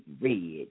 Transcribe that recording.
red